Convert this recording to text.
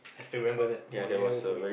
I have to remember that I will never forget